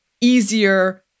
easier